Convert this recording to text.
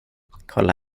kolla